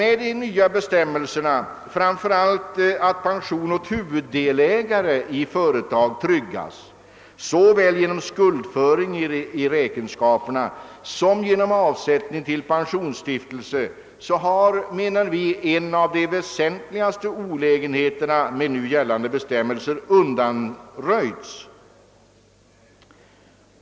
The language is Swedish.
Med de nya bestämmelserna, framför allt att pension åt huvuddelägare i företag tryggas såväl genom skuldföring i räkenskaperna som genom avsättning till pensionsstiftelse, har en av de väsentligaste olägenheterna med nu gällande bestämmelser undanröjts.